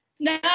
No